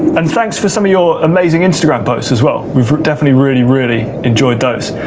and thanks for some of your amazing instagram posts as well. we've definitely really really enjoyed those.